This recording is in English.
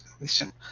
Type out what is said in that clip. Listen